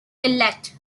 elect